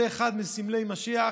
זה אחד מסמלי משיח,